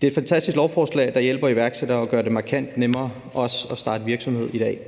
Det er et fantastisk lovforslag, der hjælper iværksættere og også gør det markant nemmere at starte virksomhed i dag.